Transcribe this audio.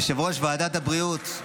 יושב-ראש ועדת הבריאות,